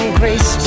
grace